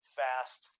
fast